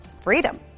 freedom